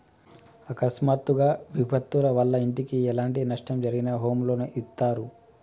అకస్మాత్తుగా విపత్తుల వల్ల ఇంటికి ఎలాంటి నష్టం జరిగినా హోమ్ ఇన్సూరెన్స్ ఇత్తారు